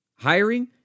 Hiring